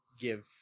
give